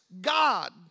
God